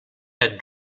had